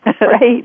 Right